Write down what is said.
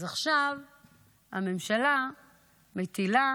אז עכשיו הממשלה מטילה